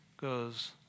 goes